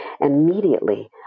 Immediately